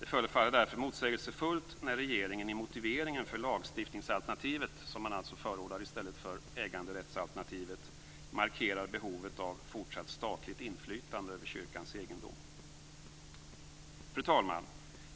Det förefaller därför motsägelsefullt när regeringen i motiveringen för lagstiftningsalternativet, som man alltså förordar i stället för äganderättsalternativet, markerar behovet av fortsatt statligt inflytande över kyrkans egendom. Fru talman!